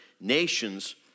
nations